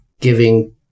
giving